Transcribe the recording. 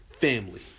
family